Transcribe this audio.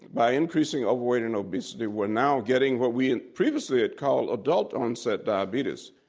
by increasing overweight and obesity, were now getting what we previously had called adult-onset diabetes.